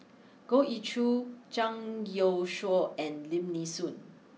Goh Ee Choo Zhang Youshuo and Lim Nee Soon